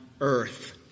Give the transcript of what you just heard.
earth